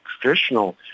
traditional